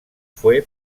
fue